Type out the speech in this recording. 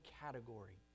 category